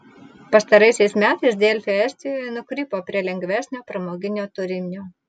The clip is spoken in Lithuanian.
pastaraisiais metais delfi estijoje nukrypo prie lengvesnio pramoginio turinio